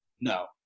No